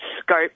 scope